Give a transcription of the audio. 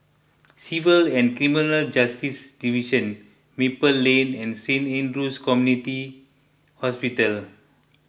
Civil and Criminal Justice Division Maple Lane and Saint andrew's Community Hospital